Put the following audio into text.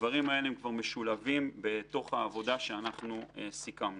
הדברים האלה כבר משולבים בעבודה שסיכמנו.